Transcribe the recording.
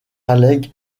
raleigh